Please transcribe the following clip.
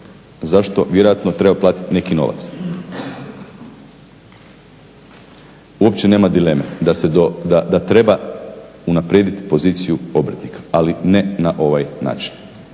Za što vjerojatno treba uplatiti neki novac. Uopće nema dileme da treba unaprijediti poziciju obrtnika, ali ne na ovaj način.